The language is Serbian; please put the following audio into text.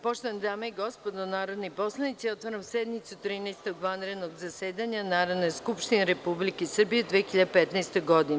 Poštovane dame i gospodo narodni poslanici, otvaram sednicu Trinaestog vanrednog zasedanja Narodne Skupštine Republike Srbije u 2015. godini.